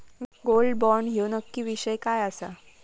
Gold bond ह्यो नक्की विषय काय आसा?